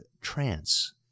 trance